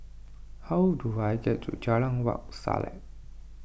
how do I get to Jalan Wak Selat